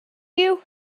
you